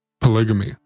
polygamy